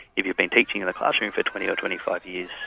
if you've been teaching in a classroom for twenty or twenty five years,